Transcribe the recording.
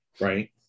right